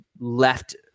left